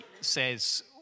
says